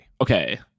Okay